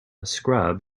scrub